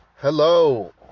Hello